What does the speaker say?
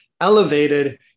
elevated